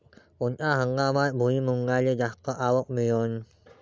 कोनत्या हंगामात भुईमुंगाले जास्त आवक मिळन?